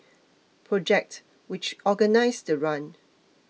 project which organised the run